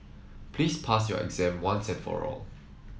please pass your exam once and for all